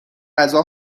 غذا